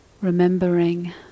Remembering